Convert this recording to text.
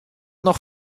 noch